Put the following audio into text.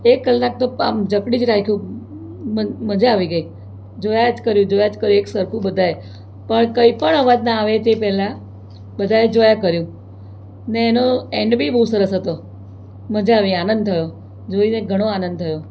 એક કલાક તો આમ જકડી જ રાખ્યું મજા આવી ગઈ જોયા જ કર્યું જોયા જ કર્યું એક સરખું બધાએ પણ કંઈ પણ અવાજ ના આવે તે પહેલાં બધાએ જોયા કર્યું ને એનો એન્ડ બી બહુ સરસ હતો મજા આવી આનંદ થયો જોઈને ઘણો આનંદ થયો